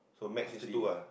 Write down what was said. mastery ah